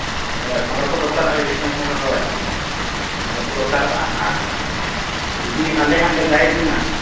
ᱦᱳᱭ ᱯᱚᱸᱫᱽᱨᱚ ᱥᱚ ᱫᱚᱨᱠᱟᱨᱚᱜᱼᱟ ᱨᱮᱡᱤᱥᱴᱮᱥᱚᱱ ᱨᱮ ᱦᱳᱭ ᱯᱚᱸᱫᱽᱨᱚ ᱥᱚ ᱫᱚᱨᱠᱟᱨᱚᱜᱼᱟ ᱟᱨ ᱡᱩᱫᱤ ᱟᱞᱮ ᱦᱟᱸᱜ ᱞᱮ ᱜᱟᱭᱤᱰ ᱵᱮᱱᱟ